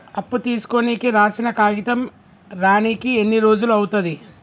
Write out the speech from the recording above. అప్పు తీసుకోనికి రాసిన కాగితం రానీకి ఎన్ని రోజులు అవుతది?